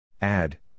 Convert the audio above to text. Add